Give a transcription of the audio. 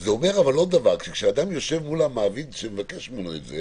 זה אומר עוד דבר שכשאדם יושב מול המעביד שמבקש ממנו את זה